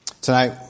Tonight